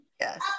yes